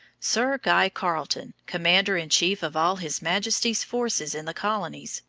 sir guy carleton, commander-in-chief of all his majesty's forces in the colonies,